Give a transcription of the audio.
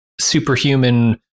superhuman